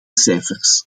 cijfers